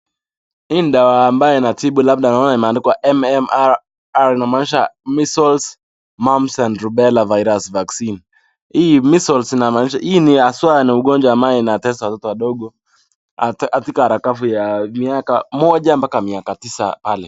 Hii ni dawa ambayo inatibu. Labda naona imeandikwa MMR . Inamaanisha measles, mumps and rubella virus vaccine . Hii measles inamaanisha, hii ni haswa ni ugonjwa ambayo inatesa watoto wadogo, katika arakati ya miaka moja mpaka miaka tisa pale.